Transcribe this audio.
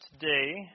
today